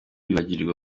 bibagirwa